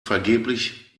vergeblich